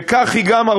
וכך היא גם,